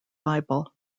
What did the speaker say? libel